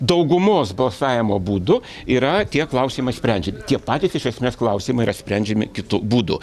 daugumos balsavimo būdu yra tie klausimai sprendžiami tie patys iš esmės klausimai yra sprendžiami kitu būdu